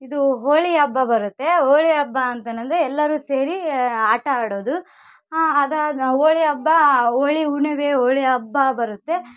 ಇದು ಹೋಳಿ ಹಬ್ಬ ಬರುತ್ತೆ ಹೋಳಿ ಹಬ್ಬ ಅಂತನಂದರೆ ಎಲ್ಲರೂ ಸೇರಿ ಆಟ ಆಡೋದು ಆ ಅದು ಆದ ಹೋಳಿ ಅಬ್ಬ ಹೋಳಿ ಹುಣಮೆ ಹೋಳಿ ಹಬ್ಬ ಬರುತ್ತೆ